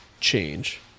change